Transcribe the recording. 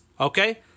okay